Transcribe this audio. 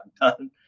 done